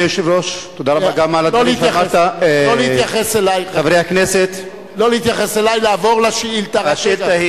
אדוני היושב-ראש, לא להתייחס אלי, לעבור לשאילתא.